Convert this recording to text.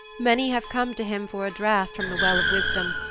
many have come to him for a draught from the well of wisdom,